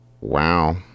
wow